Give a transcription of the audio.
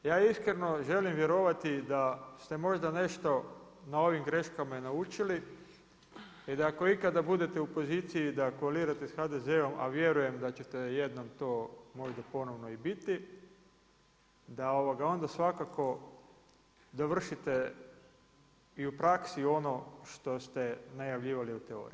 Ja iskreno želim vjerovati da ste možda nešto na ovim greškama i naučili i da ako ikada budete u poziciji da koalirate sa HDZ-om, a vjerujem da ćete jednom to možda ponovno i biti, da onda svakako dovršite i u praksi ono što ste najavljivali u teoriji.